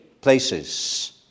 places